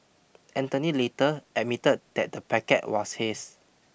Anthony later admitted that the packet was his